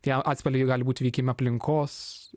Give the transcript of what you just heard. tie atspalviai gali būti veikiami aplinkos